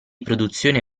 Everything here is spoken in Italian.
produzione